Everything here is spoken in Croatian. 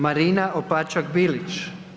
Marina Opačak Bilić.